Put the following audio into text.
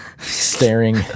staring